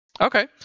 Okay